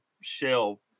shell